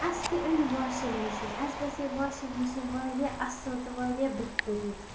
اَسہِ تہِ أنۍ واشَنٛگ مِشیٖن اَسہِ باسے واشَنٛگ مِشیٖن واریاہ اَصل تہٕ واریاہ بہتریٖن